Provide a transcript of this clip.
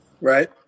Right